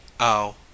ow